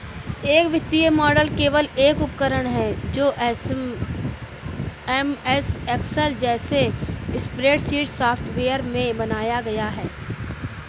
एक वित्तीय मॉडल केवल एक उपकरण है जो एमएस एक्सेल जैसे स्प्रेडशीट सॉफ़्टवेयर में बनाया गया है